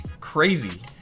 crazy